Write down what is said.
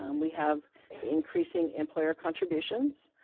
um we have the increasing employer contributions.